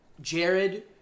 Jared